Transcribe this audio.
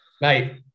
Mate